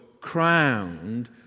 crowned